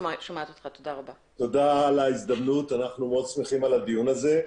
תודה על ההזדמנות, אנחנו מאוד שמחים על הדיון הזה.